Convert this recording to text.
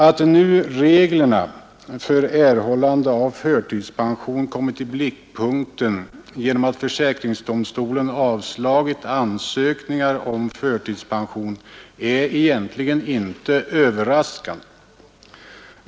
Att reglerna för erhållande av förtidspension nu har kommit i blickpunkten genom att försäkringsdomstolen har avslagit ansökningar om förtidspension är egentligen inte överraskande.